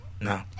No